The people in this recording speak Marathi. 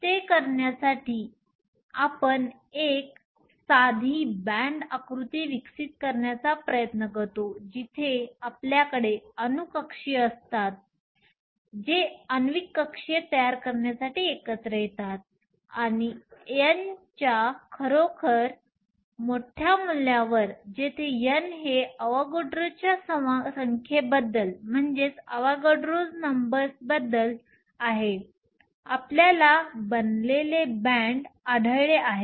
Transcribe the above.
ते करण्यासाठी आपण एक साधी बँड आकृती विकसित करण्याचा प्रयत्न करतो जिथे आमच्याकडे अणू कक्षीय असतात जे आण्विक कक्षीय तयार करण्यासाठी एकत्र येतात आणि n च्या खरोखर मोठ्या मूल्यांवर जेथे n हे अवोगाद्रोच्या संख्येबद्दल Avogadro's number आहे अपल्याला बनलेले बँड आढळले आहेत